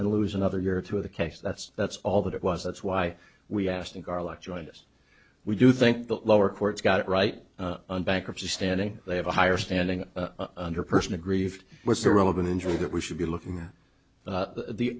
and lose another year or two of the case that's that's all that it was that's why we asked and garlic joined us we do think the lower courts got it right and bankruptcy standing they have a higher standing under a person aggrieved with the rule of an injury that we should be looking